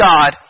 God